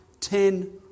ten